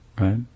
right